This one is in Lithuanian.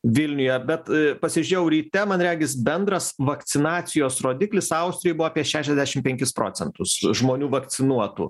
vilniuje bet pasižiūrėjau ryte man regis bendras vakcinacijos rodiklis austrijoj buvo apie šešiasdešim penkis procentus žmonių vakcinuotų